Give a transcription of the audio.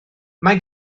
mae